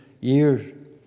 years